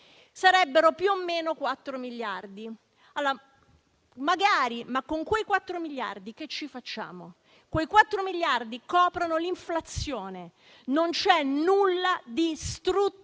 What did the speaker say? Sarebbero più o meno 4 miliardi. Magari! Ma con quei 4 miliardi che ci facciamo? Quei 4 miliardi coprono l'inflazione. Non c'è nulla di strutturale,